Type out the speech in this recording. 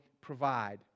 provide